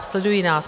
Sledují nás.